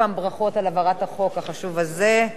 ברכות על העברת החוק החשוב הזה.